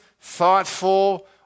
thoughtful